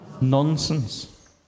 nonsense